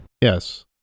Yes